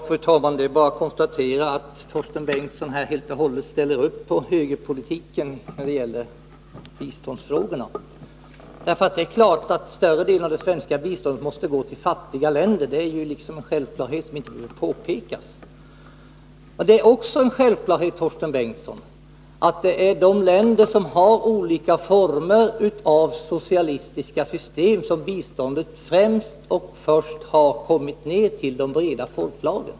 Fru talman! Det är bara att konstatera att Torsten Bengtson helt och hållet ställer upp på högerpolitiken när det gäller biståndsfrågorna. Det är klart att större delen av det svenska biståndet måste gå till fattiga länder. Det är en självklarhet, som inte behöver påpekas. Det är också en självklarhet, Torsten Bengtson, att det främst är i de länder som har olika former av socialistiska system som biståndet har kommit ned till de breda folklagren.